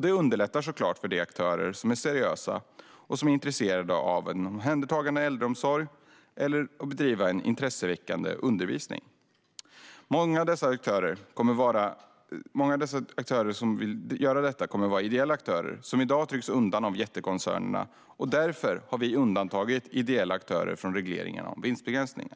Det underlättar såklart för de aktörer som är seriösa och intresserade att ge en omhändertagande äldreomsorg eller bedriva en intresseväckande undervisning. Många av dessa aktörer kommer att vara ideella aktörer som i dag trycks undan av jättekoncernerna, och därför har vi undantagit ideella aktörer från regleringarna om vinstbegränsning.